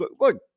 look